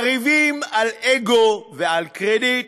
בריבים על אגו ועל קרדיט,